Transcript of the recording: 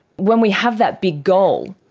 when we have that big goal,